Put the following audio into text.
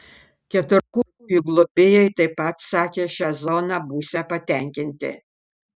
keturkojų globėjai taip pat sakė šia zona būsią patenkinti